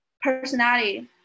personality